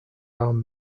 arm